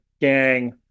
gang